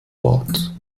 bord